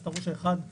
אתה רואה שאחד צף.